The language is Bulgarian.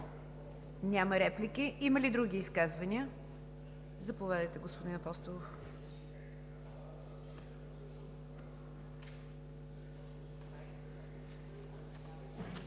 Не виждам. Има ли други изказвания? Заповядайте, господин Апостолов.